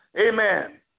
Amen